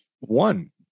one